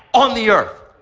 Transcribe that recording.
on the earth.